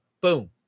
boom